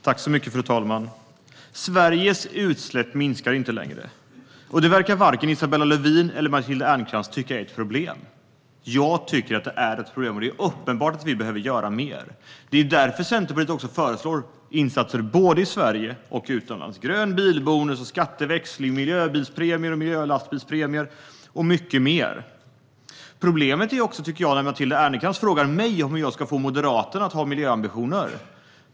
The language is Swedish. Fru talman! Sveriges utsläpp minskar inte längre. Det verkar varken Isabella Lövin eller Matilda Ernkrans tycka är ett problem. Jag tycker att det är ett problem, och det är uppenbart att vi behöver göra mer. Det är därför Centerpartiet föreslår insatser både i Sverige och utomlands: grön bilbonus, skatteväxling, miljöbilspremier, miljölastbilspremier och mycket mer. Matilda Ernkrans frågar mig hur jag ska få Moderaterna att ha miljöambitioner.